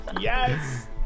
Yes